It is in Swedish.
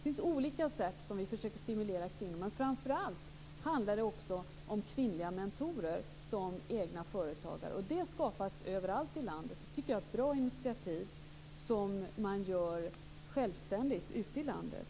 Vi försöker stimulera kvinnorna på olika sätt. Men framför allt handlar det om kvinnliga mentorer som är egna företagare. Det skapas överallt i landet. Det är ett bra, självständigt initiativ ute i landet.